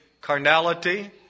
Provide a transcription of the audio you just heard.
carnality